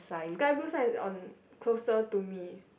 sky blue sign is on closer to me